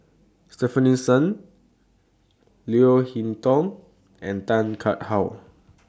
Stefanie Sun Leo Hee Tong and Tan cut How